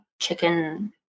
chicken